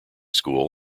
school